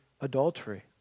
adultery